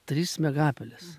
tris miegapelės